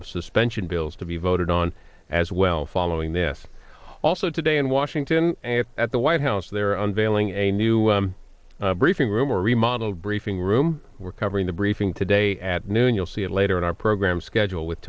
of suspension bills to be voted on as well following this also today in washington and at the white house they're unveiling a new briefing room or remodeled briefing room we're covering the briefing today at noon you'll see it later in our program schedule with